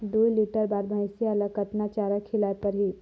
दुई लीटर बार भइंसिया ला कतना चारा खिलाय परही?